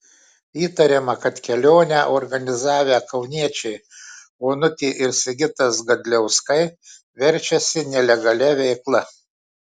įtariama kad kelionę organizavę kauniečiai onutė ir sigitas gadliauskai verčiasi nelegalia veikla